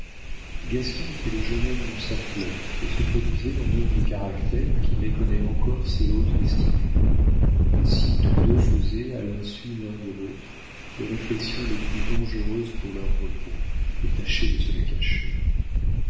gaston était le jeune homme dans sa fleur et se produisait en homme de caractère qui méconnaît encore ses hautes destinées ainsi tous deux faisaient à l'insu l'un de l'autre les réflexions les plus dangereuses pour leur repos et tâchaient de se les cacher